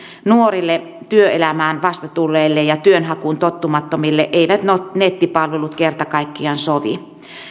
nuorille työelämään vasta tulleille ja työnhakuun tottumattomille eivät nettipalvelut kerta kaikkiaan sovi